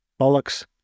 bollocks